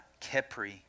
Kepri